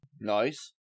Nice